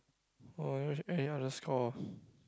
eh the score